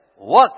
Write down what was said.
work